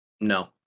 No